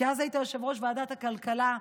כי אז היית יושב-ראש ועדת הכלכלה,